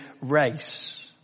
race